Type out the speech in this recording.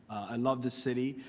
i love this city.